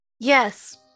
Yes